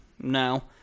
No